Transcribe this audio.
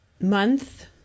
month